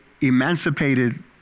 emancipated